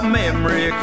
memory